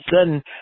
sudden